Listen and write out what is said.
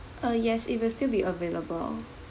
uh yes it will still be available